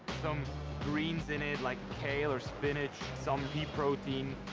some greens in it, like, kale or spinach, some beet protein.